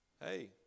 Hey